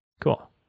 Cool